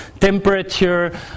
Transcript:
temperature